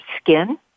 skin